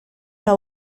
una